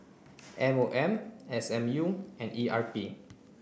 M O M S M U and E R P